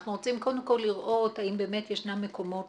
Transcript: אנחנו רוצים קודם כל לראות האם באמת ישנם מקומות